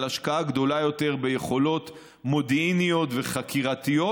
על השקעה גדולה יותר ביכולות מודיעיניות וחקירתיות,